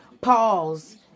Pause